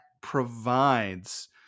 provides